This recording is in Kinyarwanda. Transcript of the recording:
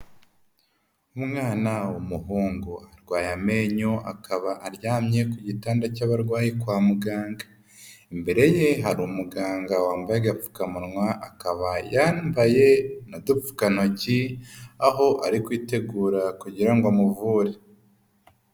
Umwana w'umuhungu arwaye amenyo akaba aryamye ku gitanda cy'abarwayi kwa muganga, imbere ye hari umuganga wambaye agapfukamunwa akaba yambaye n'udupfukantoki aho ari kwitegura kugira ngo amuvure.